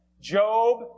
Job